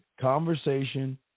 conversation